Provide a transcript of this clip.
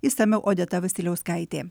išsamiau odeta vasiliauskaitė